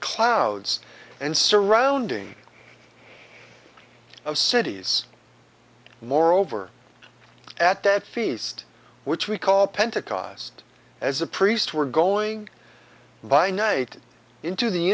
clouds and surrounding of cities moreover at that feast which we call pentecost as a priest were going by night into the